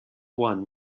one